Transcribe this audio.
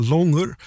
Longer